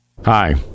Hi